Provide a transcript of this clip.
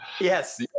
yes